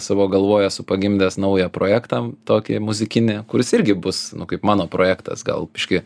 savo galvoj esu pagimdęs naują projektą tokį muzikinį kurs irgi bus kaip mano projektas gal biškį